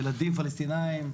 ילדים פלסטינים.